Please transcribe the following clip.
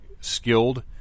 skilled